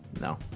No